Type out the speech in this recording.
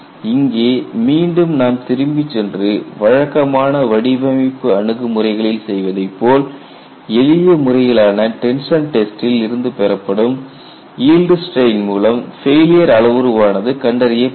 இங்கே மீண்டும் நாம் திரும்பிச் சென்று வழக்கமான வடிவமைப்பு அணுகுமுறைகளில் செய்வதைப்போல் எளிய முறையிலான டென்ஷன் டெஸ்டில் இருந்து பெறப்படும் ஈல்டு ஸ்ட்ரெயின் மூலம் ஃபெயிலியர் அளவுருவானது கண்டறியப்படுகிறது